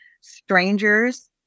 strangers